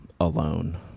alone